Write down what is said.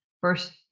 first